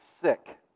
sick